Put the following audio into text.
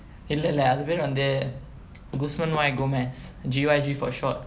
இல்லல்ல அது பேர் வந்து:illalla athu per vanthu guzman Y gomez G Y G for short